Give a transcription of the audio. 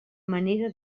manera